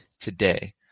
today